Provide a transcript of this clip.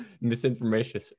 misinformation